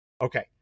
Okay